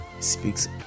Speaks